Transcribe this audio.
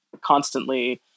constantly